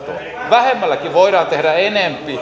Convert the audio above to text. vähemmälläkin voidaan tehdä enempi